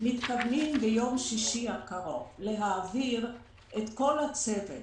מתכוונים ביום שישי הקרוב להעביר את כל הצוות